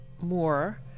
More